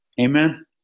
Amen